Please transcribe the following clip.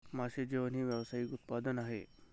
मासे जेवण हे व्यावसायिक उत्पादन आहे